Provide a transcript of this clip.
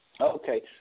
Okay